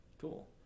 Cool